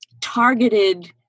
targeted